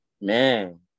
Man